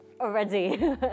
already